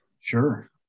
Sure